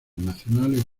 nacionales